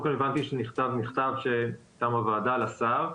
כל הבנתי שנכתב מכתב מטעם הוועדה לשר.